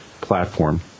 platform